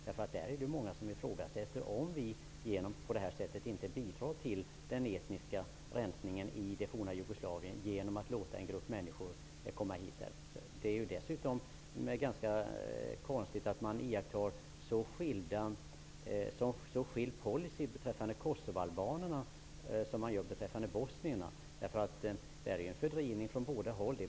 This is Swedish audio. Det är många som ifrågasätter om det inte är så att vi bidrar till den etniska rensningen i det forna Jugoslavien genom att låta en grupp människor komma hit. Det är dessutom konstigt att man iakttar så skild policy beträffande kosovoalbanerna och bosnierna. Det sker en fördrivning ifrån båda håll.